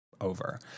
over